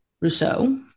Rousseau